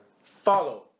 Follow